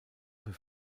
für